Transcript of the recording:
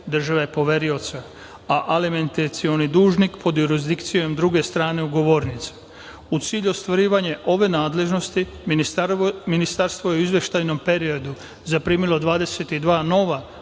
države poverioca, a alimentacioni dužnik pod jurisdikcijom druge strane ugovornice.U cilju ostvarivanja ove nadležnosti, Ministarstvo je u izveštajnom periodu zaprimilo 22 nova